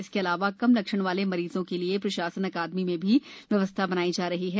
इसके अलावा कम लक्षण वाले मरीजों के लिए प्रशासन अकादमी में भी व्यवस्था बनाई जा रही है